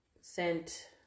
sent